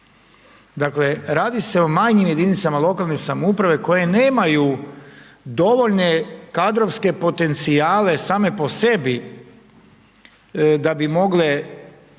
Dakle radi se o manjim jedinicama lokalne samouprave koje nemaju dovoljne kadrovske potencijale same po sebi da bi mogle